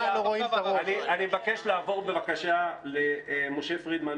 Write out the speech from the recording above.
אני מבקש לעבור למשה פרידמן,